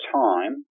time